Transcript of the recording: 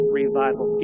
revival